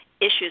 issues